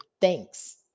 thanks